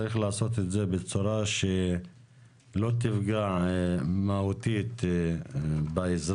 צריך לעשות את זה בצורה שלא תפגע מהותית באזרח.